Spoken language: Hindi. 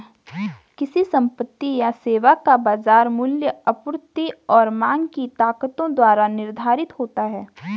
किसी संपत्ति या सेवा का बाजार मूल्य आपूर्ति और मांग की ताकतों द्वारा निर्धारित होता है